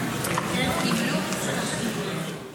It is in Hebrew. בשמחת תורה אפשר לרצוח,